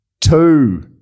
two